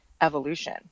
evolution